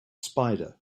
spider